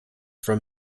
from